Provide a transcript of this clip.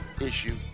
issue